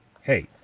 hey